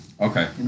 Okay